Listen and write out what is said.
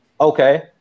Okay